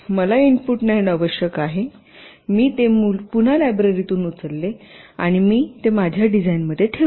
मला input NAND आवश्यक आहे मी ते पुन्हा लायब्ररीतून उचलले आणि मी ते माझ्या डिझाइनमध्ये ठेवले